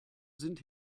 sind